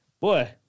boy